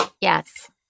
Yes